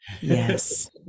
Yes